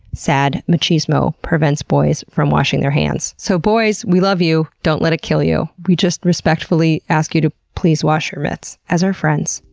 sad, machismo prevents boys from washing their hands. so boys, we love you. don't let it kill you. we just respectfully ask you to please wash your mitts. as our friends,